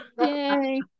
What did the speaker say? Yay